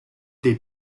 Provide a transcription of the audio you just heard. dei